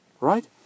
Right